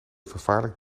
vervaarlijk